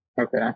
Okay